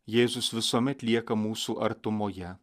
jėzus visuomet lieka mūsų artumoje